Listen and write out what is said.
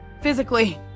physically